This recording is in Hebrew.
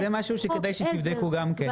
זה משהו שכדאי שתבדקו גם בעבודה.